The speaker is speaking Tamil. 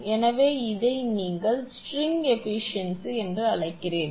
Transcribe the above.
எனவே இதை நீங்கள் ஸ்ட்ரிங் ஏபிசியன்சி என்று அழைக்கிறீர்கள்